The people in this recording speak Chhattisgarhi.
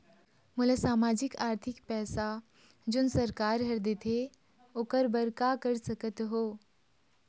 मोला सामाजिक आरथिक पैसा जोन सरकार हर देथे ओकर बर का कर सकत हो?